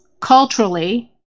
culturally